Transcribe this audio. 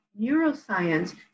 neuroscience